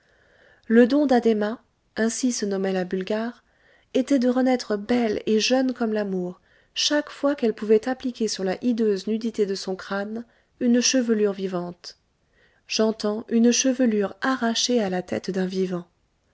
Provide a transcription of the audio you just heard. le don d'addhéma ainsi se nommait la bulgare était de renaître belle et jeune comme l'amour chaque fois qu'elle pouvait appliquer sur la hideuse nudité de son crâne une chevelure vivante j'entends une chevelure arrachée à la tête d'un vivant